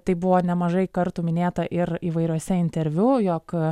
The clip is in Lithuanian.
tai buvo nemažai kartų minėta ir įvairiuose interviu jog